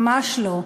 ממש לא.